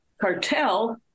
cartel